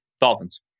Dolphins